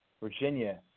Virginia